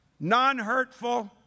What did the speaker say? non-hurtful